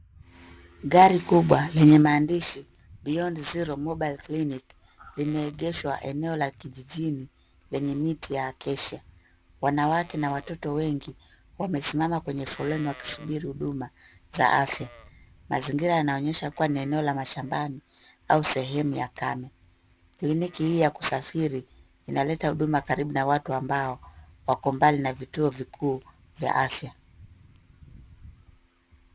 Gari kubwa lenye maandishi beyond zero mobile clinic limeegeshwa eneo la kijijini lenye miti ya acacia .Wanawake na watoto wengi wamesimama kwenye foleni wakisubiri huduma za afya. Mazingira yanaonyesha kuwa ni eneo la mashambani au sehemu ya kame. Kliniki hii ya kusafiri inaleta huduma karibu na watu ambao wako mbali na vituo vikuu vya afya.